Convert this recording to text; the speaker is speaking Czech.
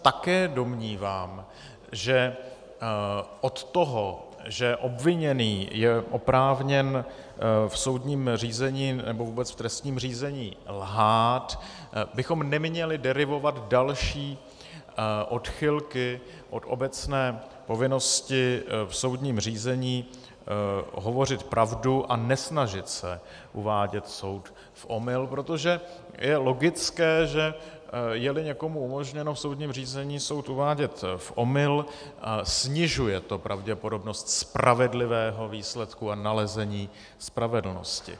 Také se domnívám, že od toho, že obviněný je oprávněn v soudním řízení, nebo vůbec v trestním řízení lhát, bychom neměli derivovat další odchylky od obecné povinnosti v soudním řízení hovořit pravdu a nesnažit se uvádět soud v omyl, protože je logické, že jeli někomu umožněno v soudním řízení soud uvádět v omyl, snižuje to pravděpodobnost spravedlivého výsledku a nalezení spravedlnosti.